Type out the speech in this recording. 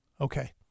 Okay